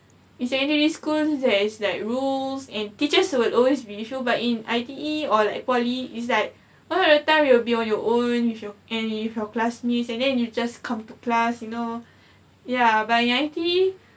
in secondary school there is like rules and teachers who will always be with you but in I_T_E or like poly it's like all of your time will be on your own and with your classmates and then you just comfort plus you know ya but in I_T_E